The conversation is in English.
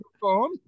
phone